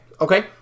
Okay